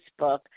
Facebook